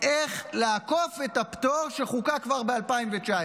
איך לעקוף את הפטור שחוקק כבר ב-2019.